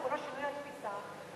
על כל שינוי התפיסה,